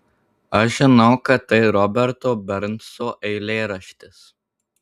aš žinau kad tai roberto bernso eilėraštis